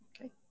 Okay